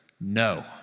No